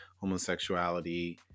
homosexuality